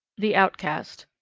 the outcast.